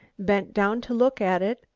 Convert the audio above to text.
bent down to look at it,